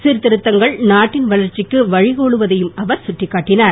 சிர்திருத்தங்கள் நாட்டின் வளர்ச்சிக்கு வழி கோலுவதையும் அவர் கட்டிக்காட்டினார்